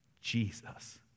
Jesus